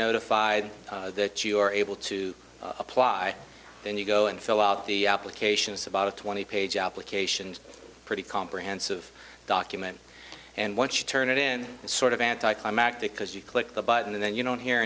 notified that you are able to apply and you go and fill out the application it's about a twenty page application pretty comprehensive document and once you turn it in sort of anti climactic because you click the button and then you don't hear